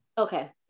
Okay